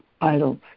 idols